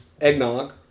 Eggnog